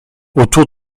autour